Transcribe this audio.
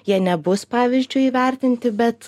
jie nebus pavyzdžiui įvertinti bet